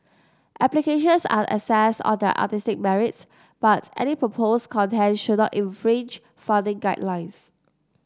applications are assessed on their artistic merit but any proposed content should not infringe funding guidelines